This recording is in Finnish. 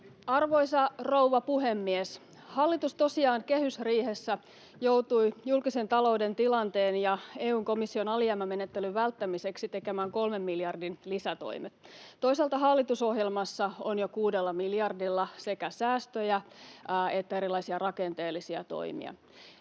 Arvoisa rouva puhemies! Hallitus tosiaan kehysriihessä joutui julkisen talouden tilanteen ja EU:n komission alijäämämenettelyn välttämiseksi tekemään kolmen miljardin lisätoimet. Toisaalta hallitusohjelmassa on jo kuudella miljardilla sekä säästöjä että erilaisia rakenteellisia toimia.